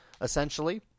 essentially